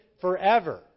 forever